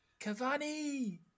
Cavani